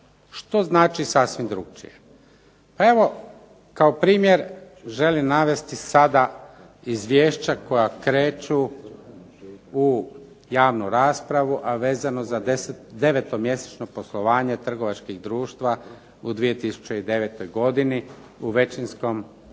Što znači sasvim drukčije? Pa evo, kao primjer želim navesti sada izvješća koja kreću u javnu raspravu a vezano za devetomjesečno poslovanje trgovačkih društava u 2009. godini u većinskom